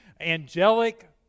angelic